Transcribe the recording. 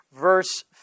verse